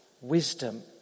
wisdom